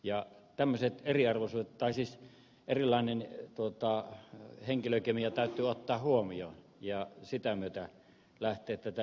ja tämmösiä eriarvoisuutta ei siis erilainen kultaa ja henkilökemia täytyy ottaa huomioon ja sitä myötä lähtee tätä